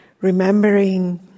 remembering